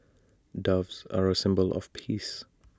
doves are A symbol of peace